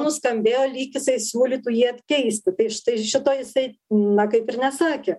nuskambėjo lyg jisai siūlytų jį atkeisti tai štai šito jisai na kaip ir nesakė